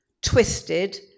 twisted